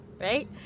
right